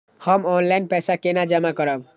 हम ऑनलाइन पैसा केना जमा करब?